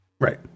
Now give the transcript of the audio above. Right